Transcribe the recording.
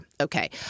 Okay